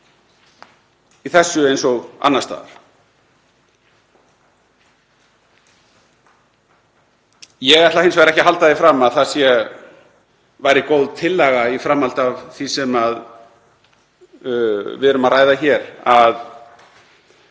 í þessu eins og annars staðar. Ég ætla hins vegar ekki að halda því fram að það væri góð tillaga, í framhaldi af því sem við erum að ræða hér, að